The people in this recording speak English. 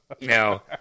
No